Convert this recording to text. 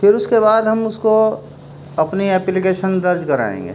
پھر اس کے بعد ہم اس کو اپنی اپلیکیشن درج کرائیں گے